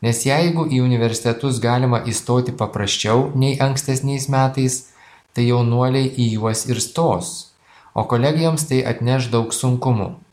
nes jeigu į universitetus galima įstoti paprasčiau nei ankstesniais metais tai jaunuoliai į juos ir stos o kolegijoms tai atneš daug sunkumų